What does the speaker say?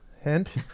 hint